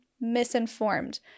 misinformed